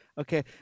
Okay